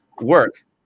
work